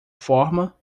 forma